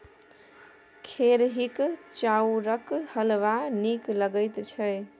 खेरहीक चाउरक हलवा नीक लगैत छै